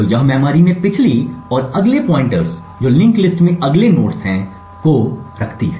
तो यह मेमोरी में पिछली और अगले पॉइंटर्स जो लिंक्ड लिस्ट में अगले नोड्स हैं को रखती है